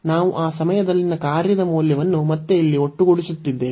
ನಾವು ಆ ಸಮಯದಲ್ಲಿನ ಕಾರ್ಯದ ಮೌಲ್ಯವನ್ನು ಮತ್ತೆ ಇಲ್ಲಿ ಒಟ್ಟುಗೂಡಿಸುತ್ತಿದ್ದೇವೆ